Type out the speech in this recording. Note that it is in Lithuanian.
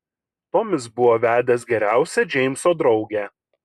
tomis buvo vedęs geriausią džeimso draugę